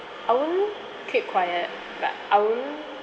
I wouldn't keep quiet but I wouldn't